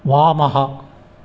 वामः